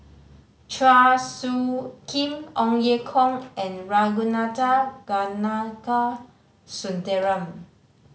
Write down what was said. Chua Soo Khim Ong Ye Kung and Ragunathar Kanagasuntheram